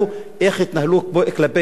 איך יתנהלו כלפי ישראל,